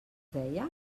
deia